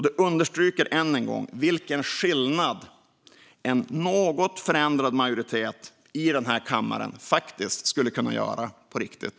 Det understryker också än en gång vilken skillnad en något förändrad majoritet i den här kammaren faktiskt skulle kunna göra på riktigt.